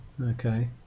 Okay